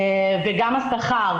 וגם השכר.